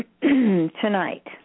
tonight